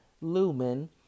Lumen